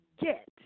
get